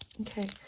Okay